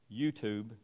YouTube